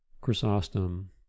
chrysostom